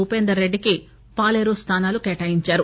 ఉపేంద్ర రెడ్డికి పాలేరు స్థానాలు కేటాయించారు